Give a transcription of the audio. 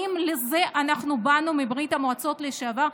האם לזה אנחנו באנו מברית המועצות לשעבר,